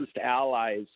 allies